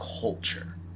culture